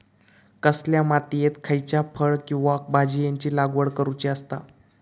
कसल्या मातीयेत खयच्या फळ किंवा भाजीयेंची लागवड करुची असता?